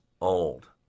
old